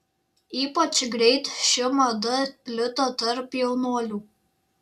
ypač greit ši mada plito tarp jaunuolių